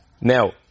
Now